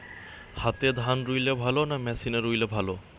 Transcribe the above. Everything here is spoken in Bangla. হাতে ধান রুইলে ভালো না মেশিনে রুইলে ভালো?